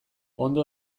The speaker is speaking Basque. ondo